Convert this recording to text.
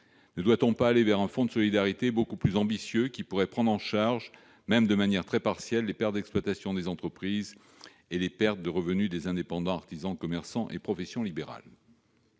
Ne doit-on pas aller vers la mise en place d'un fonds de solidarité beaucoup plus ambitieux, qui pourrait prendre en charge, même de manière très partielle, les pertes d'exploitation des entreprises et les pertes de revenus des indépendants, artisans, commerçants et professions libérales ?